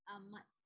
amat